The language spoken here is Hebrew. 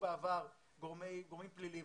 בעבר היו גורמים פליליים,